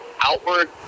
outward